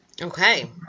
Okay